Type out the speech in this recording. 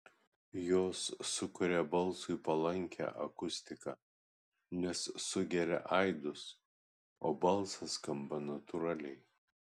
jos sukuria balsui palankią akustiką nes sugeria aidus o balsas skamba natūraliai